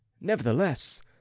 nevertheless